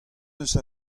eus